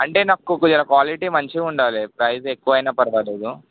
అంటే నాకు జర క్వాలిటీ మంచిగా ఉండాలి ప్రైస్ ఎక్కువైనా పరవాలేదు